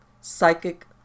psychic